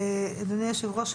אדוני היושב ראש,